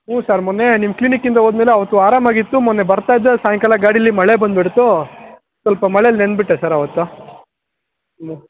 ಹ್ಞೂ ಸರ್ ಮೊನ್ನೆ ನಿಮ್ಮ ಕ್ಲಿನಿಕ್ಕಿಂದ ಹೋದ್ಮೇಲೆ ಅವತ್ತು ಆರಾಮಾಗಿತ್ತು ಮೊನ್ನೆ ಬರ್ತಾಯಿದ್ದೆ ಸಾಯಂಕಾಲ ಗಾಡೀಲಿ ಮಳೆ ಬಂದುಬಿಡ್ತು ಸ್ವಲ್ಪ ಮಳೇಲಿ ನೆಂದುಬಿಟ್ಟೆ ಸರ್ ಅವತ್ತು ಹ್ಞೂ